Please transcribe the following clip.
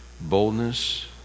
boldness